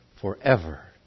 forever